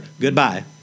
Goodbye